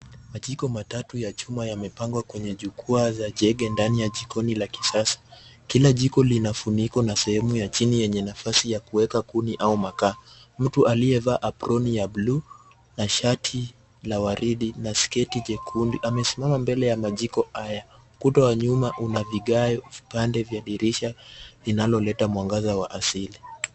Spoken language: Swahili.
Majiko matatu ya chuma yamepangwa kwenye jukwaa za jege ndani ya jikoni la kisasa. Kila jiko lina funiko na sehemu ya chini yenye nafasi ya kuweka kuni au makaa. Mtu aliyevaa aproni ya bluu na shati la waridi na sketi jekundu amesimama mbele ya majiko haya. Ukuta wa nyuma una vigae, vipande vya dirisha linaloleta mwangaza wa asili.